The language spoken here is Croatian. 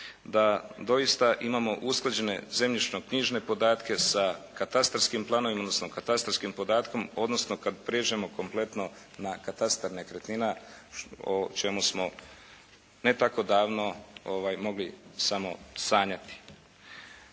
da doista imamo usklađene zemljišno-knjižne podatke sa katastarskim planovima odnosno katastarskih podatkom odnosno kad prijeđemo kompletno na katastar nekretnina o čemu smo ne tako davno mogli samo sanjati.